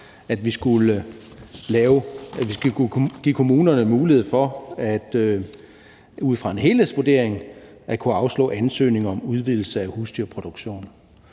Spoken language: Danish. at vi skulle kunne give kommunerne mulighed for ud fra en helhedsvurdering at kunne afslå ansøgninger om udvidelse af husdyrproduktion.